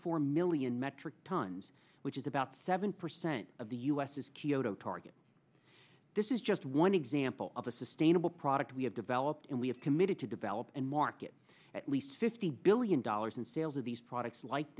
four million metric tons which is about seven percent of the u s is kyoto target this is just one example of a sustainable product we have developed and we have committed to develop and market at least fifty billion dollars in sales of these products like